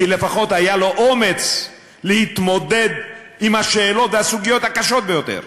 כי לפחות היה לו אומץ להתמודד עם השאלות והסוגיות הקשות ביותר,